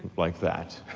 like that.